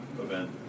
event